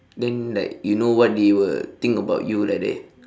then like you know what they will think about you like that